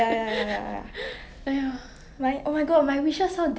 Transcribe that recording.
eh that's everyone's wish lah 每个人都要 sia